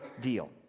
deal